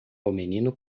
menino